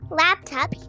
laptop